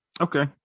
okay